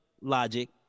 logic